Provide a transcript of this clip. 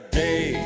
day